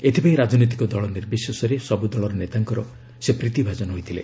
ଏଥିପାଇଁ ରାଜନୈତିକ ଦଳ ନିର୍ବଶେଷରେ ସବୁ ଦଳର ନେତାଙ୍କର ସେ ପ୍ରୀତିଭାଜନ ହୋଇଥିଲେ